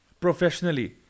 professionally